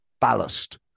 ballast